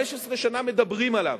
15 שנה מדברים עליו,